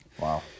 Wow